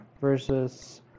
versus